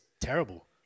terrible